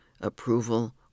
approval